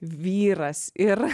vyras ir